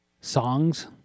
songs